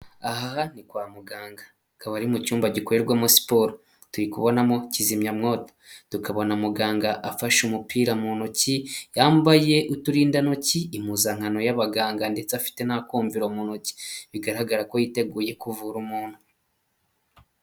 Aha ni kwa muganga hakaba ari mu cyumba gikorerwamo siporo, turi kubonamo kizimyawo tukabona muganga afashe umupira mu ntoki, yambaye uturindantoki impuzankano y'abaganga ndetse afite n'akumviro mu ntoki bigaragara ko yiteguye kuvura umuntu.